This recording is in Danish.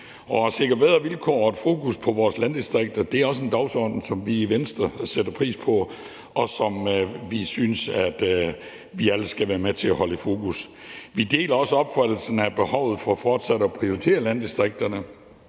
at sikre bedre vilkår for og et fokus på vores landdistrikter er også en dagsorden, som vi i Venstre sætter pris på, og som vi synes at vi alle skal være med til at holde fokus på. Vi deler også opfattelsen af behovet for fortsat at prioritere landdistrikterne,